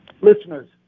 listeners